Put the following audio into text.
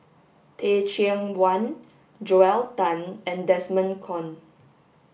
Teh Cheang Wan Joel Tan and Desmond Kon